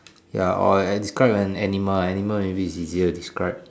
ya or describe an animal animal maybe easier to describe